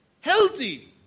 healthy